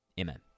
Amen